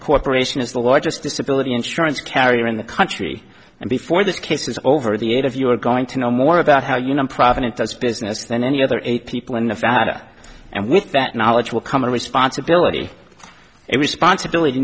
corporation is the largest disability insurance carrier in the country and before this case is over the eight of you are going to know more about how you nonprofit it does business than any other eight people in nevada and with that knowledge will come a responsibility a responsibility